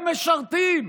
הם משרתים?